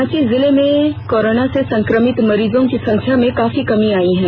रांची जिले में कोरोना से संक्रमित मरीजों की संख्या में काफी कमी आई है